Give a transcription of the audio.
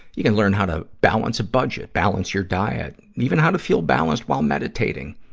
you can learn how to balance a budget, balance your diet, even how to feel balanced while meditating,